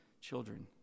children